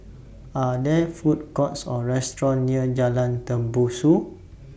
Are There Food Courts Or restaurants near Jalan Tembusu